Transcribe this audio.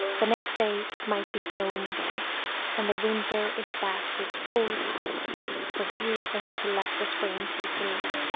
the next day it might be snowing again and the winter is back with full power refusing to let the spring take the lead